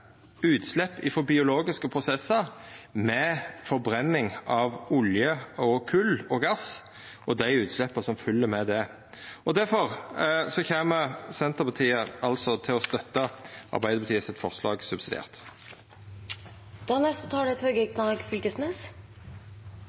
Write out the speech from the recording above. utslepp frå biologiske prosessar med forbrenning av olje og kol og gass og dei utsleppa som følgjer med det. Difor kjem Senterpartiet til å støtta Arbeidarpartiets forslag subsidiært. For å begynne nesten der førre talar slutta, så er